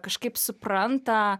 kažkaip supranta